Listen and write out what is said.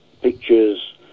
pictures